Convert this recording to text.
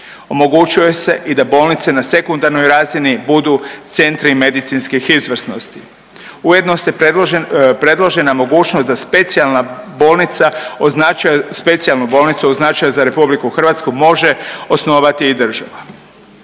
Omogućuje se i da bolnice na sekundarnoj razini budu centri medicinskih izvrsnosti. Ujedno se predložena mogućnost da specijalnu bolnicu od značaja za Republiku Hrvatsku može osnovati i država.